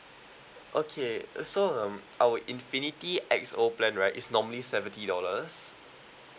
okay so um our infinity X_O plan right is normally seventy dollars